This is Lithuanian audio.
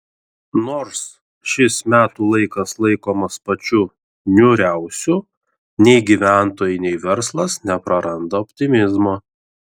nors šis metų laikas laikomas pačiu niūriausiu nei gyventojai nei verslas nepraranda optimizmo